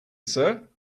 sir